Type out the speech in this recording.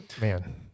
Man